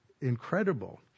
incredible